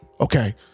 okay